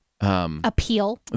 appeal